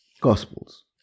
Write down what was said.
Gospels